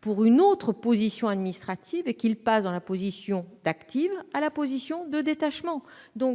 pour une autre position administrative et évoluer d'une position d'activité à une position de détachement, ce